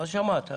את שמעת.